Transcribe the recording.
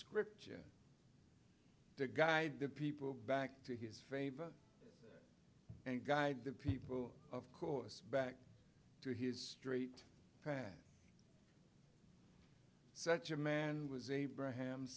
scripture to guide the people back to his faith and guide the people of course back to his straight path such a man was abraham